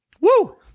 Woo